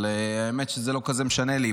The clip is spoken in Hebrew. אבל האמת שזה לא כזה משנה לי.